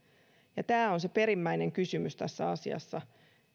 ja tämä on se perimmäinen kysymys tässä asiassa